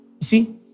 See